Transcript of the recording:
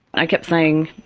i kept saying,